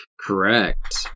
Correct